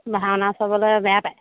ভাওনা চাবলৈ বেয়া পায়